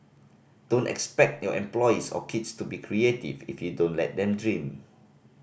don't expect your employees or kids to be creative if you don't let them dream